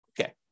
Okay